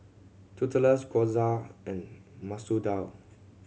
Tortillas Gyoza and Masoor Dal